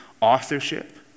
authorship